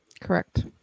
Correct